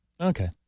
Okay